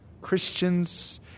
Christians